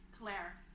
Claire